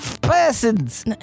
persons